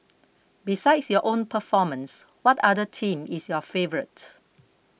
besides your own performance what other team is your favourite